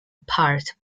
part